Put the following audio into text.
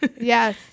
Yes